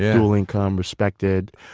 dual income, respected.